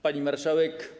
Pani Marszałek!